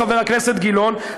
חבר הכנסת גילאון,